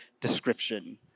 description